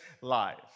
life